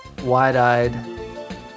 wide-eyed